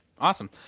Awesome